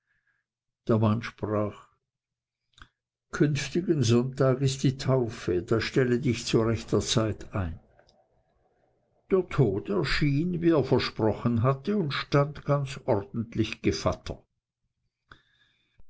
der mann sprach künftigen sonntag ist die taufe da stelle dich zu rechter zeit ein der tod erschien wie er versprochen hatte und stand ganz ordentlich gevatter